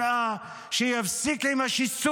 שיפסיק עם השנאה,